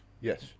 Yes